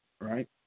right